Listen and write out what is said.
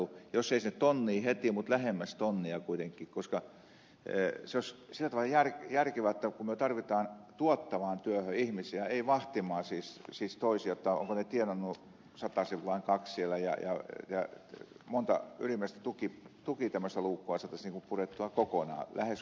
jos ei päästä sinne tonniin heti niin lähemmäs tonnia kuitenkin koska se olisi sillä tavalla järkevää kun me tarvitsemme tuottavaan työhön ihmisiä ei vahtimaan siis toisia ovatko he tienanneet satasen vai kaksi siellä ja monta ylimääräistä tukiluukkua saataisiin purettua lähes kokonaan pois